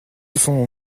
sont